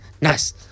Nice